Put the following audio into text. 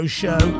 show